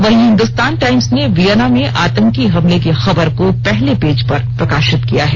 वहीं हिन्दुस्तान टाइम्स ने वियना में आंतकी हमले की खबर को पहले पेज पर प्रकाशित किया है